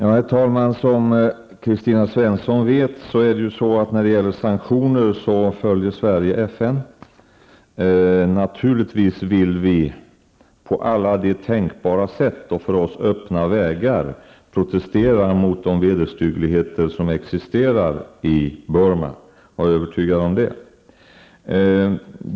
Herr talman! Som Kristina Svensson vet följer Sverige FN när det gäller sanktioner. Naturligtvis vill vi på alla tänkbara sätt och på för oss öppna vägar protestera mot de vederstyggligheter som existerar i Burma -- var övertygad om det.